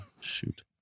Shoot